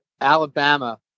Alabama